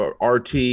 RT